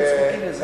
אנחנו זקוקים לזה.